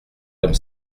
comme